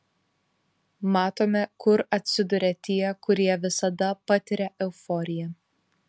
matome kur atsiduria tie kurie visada patiria euforiją